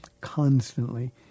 constantly